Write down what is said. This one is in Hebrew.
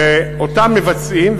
ואותם מבצעים.